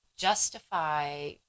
justify